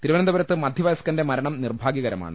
തിരുവനന്ത പുരത്ത് മധ്യവയസ്കന്റെ മരണം നിർഭാഗൃകരമാണ്